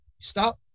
stop